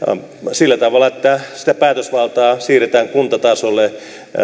sillä tavalla että sitä päätösvaltaa siirretään kuntatasolle